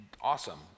awesome